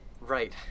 right